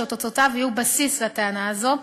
ותוצאותיו יהיו בסיס לטענה הזו.